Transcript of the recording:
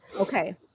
Okay